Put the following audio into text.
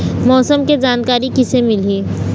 मौसम के जानकारी किसे मिलही?